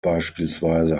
beispielsweise